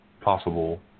possible